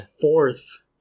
fourth